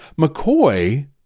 McCoy